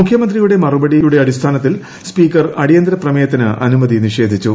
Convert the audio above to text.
മുഖ്യമന്ത്രിയുടെ മറുപടിയുടെ അടിസ്ഥാനത്തിൽ സ്പീക്കർ അടിയന്തര പ്രമേയത്തിന് അനുമതി നിഷേധിച്ചു